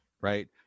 right